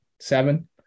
seven